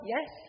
Yes